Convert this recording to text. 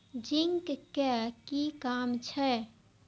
Zinc के कि काम छै?